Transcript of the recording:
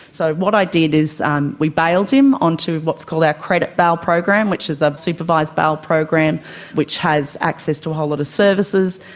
so what i did is um we bailed him onto what's called our credit bail program which is a supervised bail program which has access to a whole lot of services.